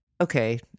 Okay